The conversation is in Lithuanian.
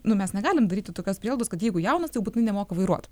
nu mes negalim daryti tokios prielaidos kad jeigu jaunas tai jau būtinai nemoka vairuoti